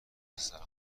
سرما